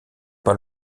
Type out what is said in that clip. pas